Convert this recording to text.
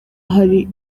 hari